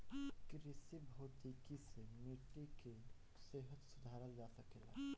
कृषि भौतिकी से मिट्टी कअ सेहत सुधारल जा सकेला